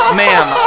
ma'am